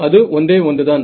அது ஒன்றே ஒன்றுதான்